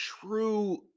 true